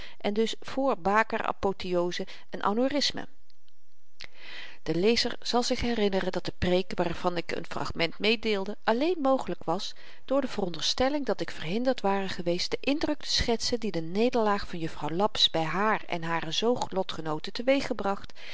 en dus vr baker apothéose en anevrismen de lezer zal zich herinneren dat de preek waarvan ik n fragment meedeelde alleen mogelyk was door de veronderstelling dat ik verhinderd ware geweest den indruk te schetsen dien de nederlaag van juffrouw laps by haar en hare zoog lotgenooten teweegbracht